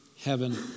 heaven